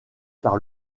par